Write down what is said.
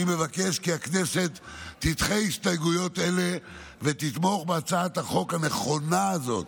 אני מבקש כי הכנסת תדחה הסתייגויות אלו ותתמוך בהצעת החוק הנכונה הזאת